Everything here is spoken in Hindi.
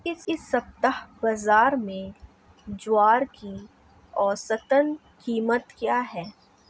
इस सप्ताह बाज़ार में ज्वार की औसतन कीमत क्या रहेगी?